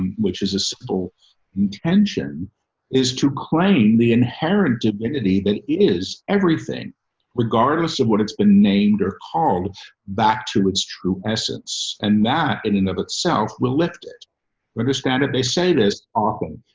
and which is a simple intention is to claim the inherent divinity that is everything regardless of what it's been named or called back to its true essence. and that in and of itself will lift it where the standard, they say this often,